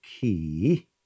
key